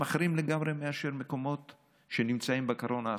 הם אחרים לגמרי מאשר מקומות שנמצאים בקרון האחורי.